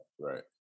right